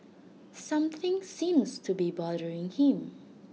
something seems to be bothering him